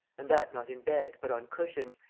and that not in bed, but on cushions,